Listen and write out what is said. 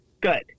good